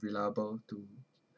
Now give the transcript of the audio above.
reliable to